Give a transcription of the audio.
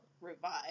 revive